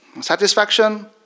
satisfaction